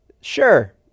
sure